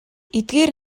эдгээр